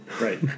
Right